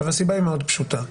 הסיבה היא מאוד פשוטה: